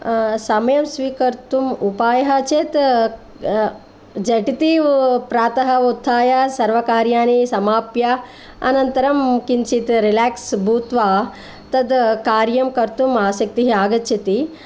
समयं स्वीकर्तुम् उपायः चेत् झटिति प्रातः उत्थाय सर्वकार्याणि समाप्य अनन्तरं किञ्चित् रिलेक्स् भूत्वा तत् कार्यं कर्तुम् आसक्तिः आगच्छति